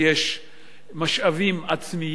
יש משאבים עצמיים,